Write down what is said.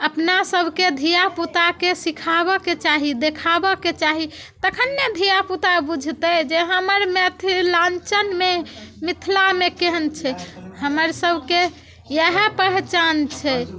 अपना सबके धिआ पूताके सीखाबऽके चाही देखाबऽ के चाही तखन ने धिआ पूता बुझतै जे हमर मिथिलाञ्चलमे मिथिलामे केहन छै हमर सबके इएह पहचान छै